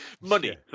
money